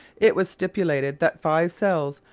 it was stipulated that five cells,